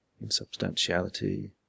insubstantiality